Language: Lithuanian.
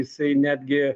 jisai netgi